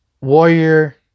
Warrior